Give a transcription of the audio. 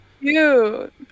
cute